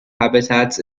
habitats